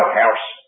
house